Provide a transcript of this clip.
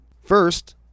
First